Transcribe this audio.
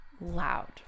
loud